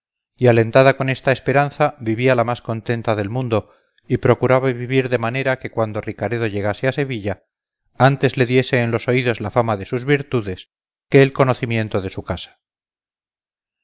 y alentada con esta esperanza vivía la más contenta del mundo y procuraba vivir de manera que cuando ricaredo llegase a sevilla antes le diese en los oídos la fama de sus virtudes que el conocimiento de su casa